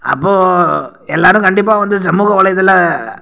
அப்போ எல்லாரும் கண்டிப்பாக வந்து சமூக வலைத்தள